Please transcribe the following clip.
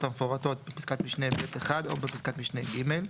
המפורטות בפסקת משנה (ב)(1) או בפסקת משנה (ג),